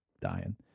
dying